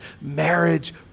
marriage